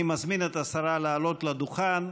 אני מזמין את השרה לעלות לדוכן.